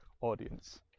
audience